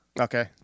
Okay